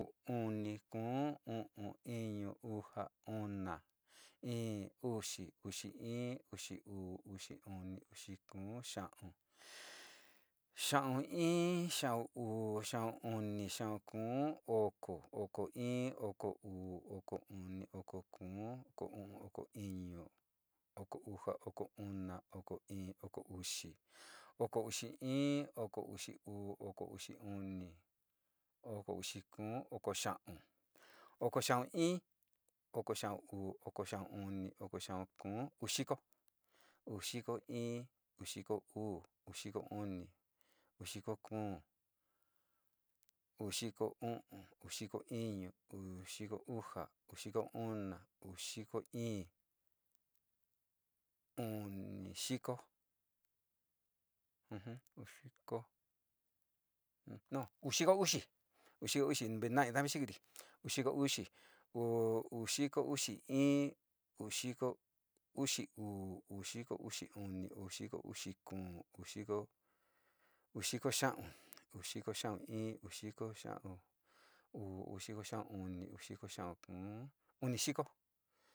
I uu, uni, kuu uu iñu uxa una, ii, uxi, uxi uu, uxiuni, uxi, kuú xiau xiau uu, xiau uni, xiau kuu, oko uxi oko uxii, okouxi uu, oko xiau uni, oko xiau kuu, uu xiko uu xikoi, uu xiko uu, uu xiko uxa, uu xiku una, uxiko ii, uni xiko, uju, no xiko uxii, uu xiko uxiuu, uu xiko uxi uni, uu xikouxi kuún, uu xiko xiau, uu xiko xiau, uu xiko xiau uu, uu xiko xiau uni, uu xiko xiau kuún, uni xiko. Kaade suni yi'isa yuka, te yua te kue, kue ni kenta inka ntija nani, ntija tejido, tejido nani yuka, yuka kuja ni kayi'ide, ni kayiide te kueni, kueni vina te kasi kendode vina kayinaigade in na'anuga yukani, chuka ni pero ja tu'u su'uva chii, aja tu su'uva ni kentoo xii sa'ama chua e tu'u su'va chi este te jana'a, nkee iyo kuiya ku ja ni ka'ade te ntivii made kakade te tuún su'uva tu'u su'va chi este te jana'a nkee iyo kuiya ku ja ni ka'ade te ntivii made kakade te tu'un su'uva tu'u su'va, tu'un suva, pero vitna chii tuka chii kua koo jikade, ke kua'a kode, te méxio, kua koode este inka lado, inka lado kuangoo de norte kuan kode takotude tuka chi kana saama xeede chi ñaa ranchusa ya'a chi vita ñu'uni chi este a ranchu sa i tuka mana ja yi'ii sa'ama nta'avi teesa tukana mana yi'i sa'ama nta'avi teesa tukana mana yi'i sa'ma ntavi, te inca ja tu'u su'uva chi tua ka kuni va'a a ranchunu jika'ade suni kade kuu na'a ku tee chi tuka chi penani ka ka'ana mani ma inka inka tu'u.